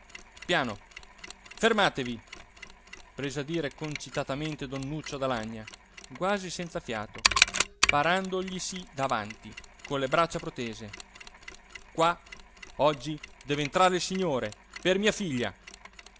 benedicite piano fermatevi prese a dire concitatamente don nuccio d'alagna quasi senza fiato parandoglisi davanti con le braccia protese qua oggi deve entrare il signore per mia figlia